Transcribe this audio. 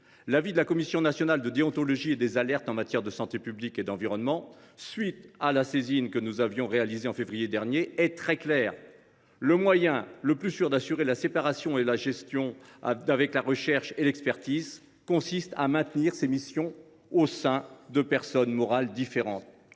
L’avis que la Commission nationale de la déontologie et des alertes en matière de santé publique et d’environnement (CNDASPE) a rendu à la suite de la saisine que nous avions effectuée en février dernier est très clair :« Le moyen le plus sûr d’assurer la séparation de la gestion d’avec la recherche et l’expertise […] consiste à maintenir ces missions au sein de personnes morales différentes.